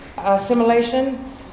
Assimilation